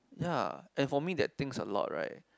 ya and for me that thinks a lot right